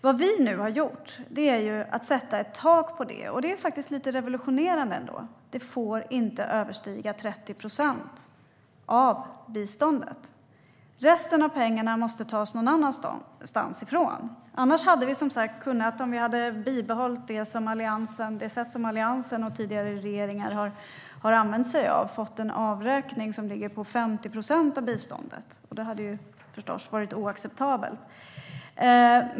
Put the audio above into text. Vad vi nu har gjort är att sätta ett tak på detta, vilket faktiskt är lite revolutionerande. Det får inte överstiga 30 procent av biståndet. Resten av pengarna måste tas någon annanstans ifrån. Annars hade vi, om vi hade bibehållit det sätt som Alliansen och tidigare regeringar har använt sig av, fått en avräkning på 50 procent av biståndet. Det hade förstås varit oacceptabelt.